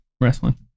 Wrestling